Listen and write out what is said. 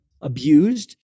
abused